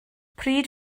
pryd